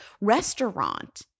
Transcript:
restaurant